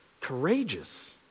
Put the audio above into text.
courageous